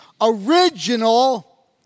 Original